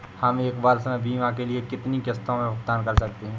हम एक वर्ष में बीमा के लिए कितनी किश्तों में भुगतान कर सकते हैं?